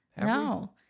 No